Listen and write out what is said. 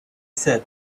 said